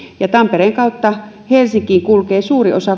ja tampereen kautta helsinkiin kulkee suuri osa